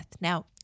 Now